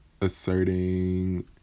asserting